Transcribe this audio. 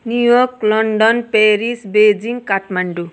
new York London Paris Beijing Kathmandu